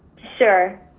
sure.